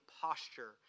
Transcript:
posture